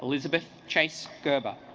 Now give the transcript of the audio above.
elizabeth chase gerber